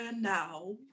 now